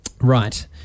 Right